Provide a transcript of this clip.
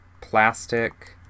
plastic